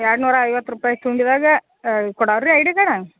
ಎರಡು ನೂರ ಐವತ್ತು ರೂಪಾಯಿ ತುಂಬಿದಾಗ ಕೊಡವ್ರಿ ಐ ಡಿ ಕಾರ್ಡ